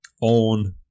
on